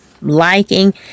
liking